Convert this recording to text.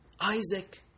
Isaac